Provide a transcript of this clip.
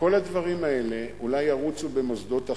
כל הדברים האלה אולי ירוצו במוסדות התכנון,